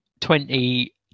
twenty